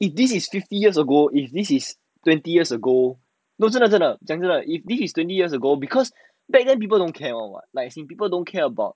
if this is fifty years ago if this is twenty years ago no 真的真的真的 if this is twenty years ago because back then people don't care or what like I say people don't care about